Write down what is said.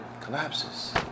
collapses